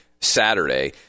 Saturday